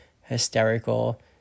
hysterical